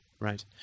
right